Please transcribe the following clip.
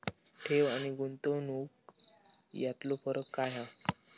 ठेव आनी गुंतवणूक यातलो फरक काय हा?